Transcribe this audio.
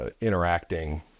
interacting